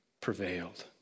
prevailed